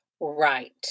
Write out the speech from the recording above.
Right